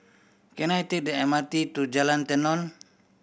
can I take the M R T to Jalan Tenon